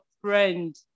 Friend